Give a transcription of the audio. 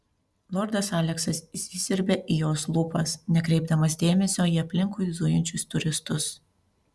lordas aleksas įsisiurbė į jos lūpas nekreipdamas dėmesio į aplinkui zujančius turistus